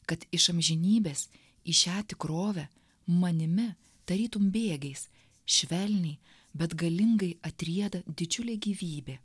kad iš amžinybės į šią tikrovę manimi tarytum bėgiais švelniai bet galingai atrieda didžiulė gyvybė